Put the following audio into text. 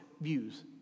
views